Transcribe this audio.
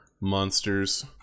monsters